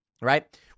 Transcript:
right